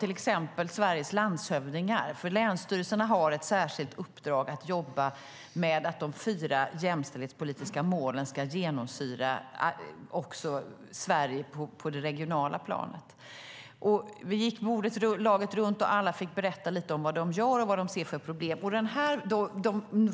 Länsstyrelserna har till exempel ett särskilt uppdrag att jobba med att de fyra jämställdhetspolitiska målen ska genomsyra Sverige också på det regionala planet, och i går träffade jag Sveriges landshövdingar. Vi gick laget runt, och alla fick berätta lite om vad de gör och vad de ser för problem.